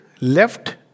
left